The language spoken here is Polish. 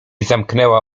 zamknęła